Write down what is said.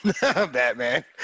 Batman